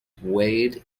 weighed